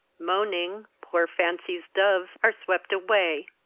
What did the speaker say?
moaning, poor fancy's doves are swept away.